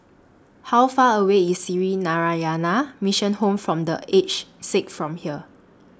How Far away IS Sree Narayana Mission Home For The Aged Sick from here